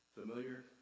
Familiar